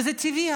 וזה טבעי,